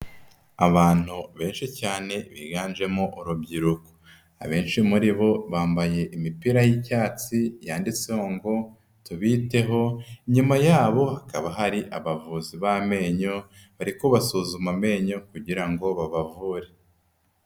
Abantu benshi cyane biganjemo urubyiruko. Abenshi muri bo bambaye imipira y'icyatsi yanditseho ngo:" Tubiteho", inyuma yabo hakaba hari abavuzi b'amenyo bari kubasuzuma amenyo kugira ngo babavure.